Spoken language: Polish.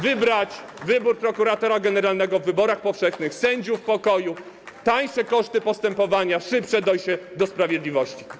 Wybrać wybór prokuratora generalnego w wyborach powszechnych, sędziów pokoju, tańsze koszty postępowania, szybsze dojście do sprawiedliwości.